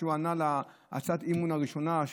כשהוא ענה על הצעת האי-אמון הראשונה,